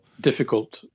difficult